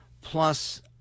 plus